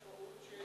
זו המשמעות,